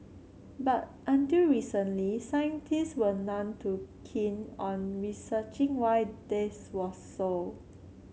but until recently scientist were none too keen on researching why this was so